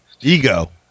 Ego